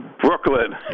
Brooklyn